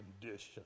condition